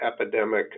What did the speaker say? epidemic